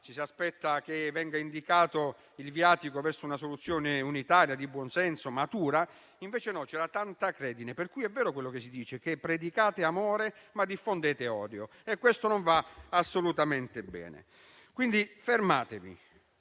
ci si aspetta che venga indicato il viatico verso una soluzione unitaria, di buon senso, matura. Invece no, c'era tanta acredine. È vero, allora, quanto si dice: predicate amore, ma diffondete odio. Questo non va assolutamente bene. Fermatevi,